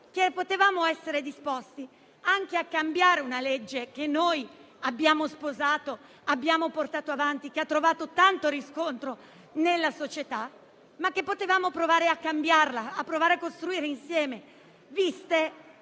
che potevamo essere disposti anche a cambiare una proposta che noi abbiamo sposato, che abbiamo portato avanti e che ha trovato tanto riscontro nella società. Potevamo provare a cambiarla e a costruire insieme un